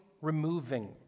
removing